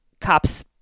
cops